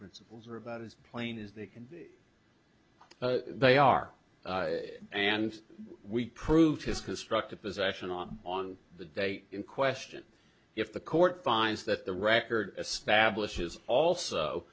principles are about as plain as they can they are and we prove his constructive possession on the day in question if the court finds that the record stablish is also